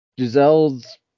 Giselle's